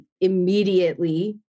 immediately